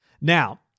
Now